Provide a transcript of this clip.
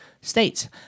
States